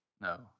no